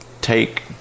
take